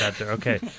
Okay